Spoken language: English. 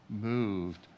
moved